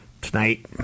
tonight